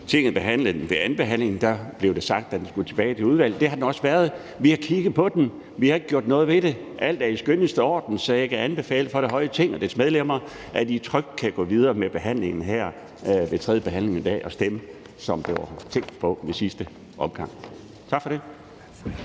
Tinget behandlede denne lov. Ved andenbehandlingen blev det sagt, at den skulle tilbage til udvalget. Det har den så også været. Vi har kigget på den, men vi har ikke gjort noget ved den. Alt er i skønneste orden, så jeg kan anbefale det høje Ting og dets medlemmer trygt at gå videre med behandlingen her ved tredjebehandlingen i dag og stemme, som der var tænkt på ved sidste omgang. Tak for det.